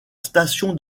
station